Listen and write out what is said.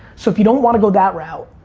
so if you don't want to go that route.